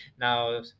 now